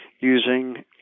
using